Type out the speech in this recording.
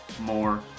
more